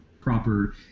proper